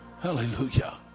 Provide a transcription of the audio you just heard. hallelujah